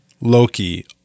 Loki